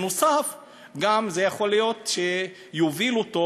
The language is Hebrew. נוסף על כך, זה גם יכול להוביל אותו